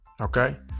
Okay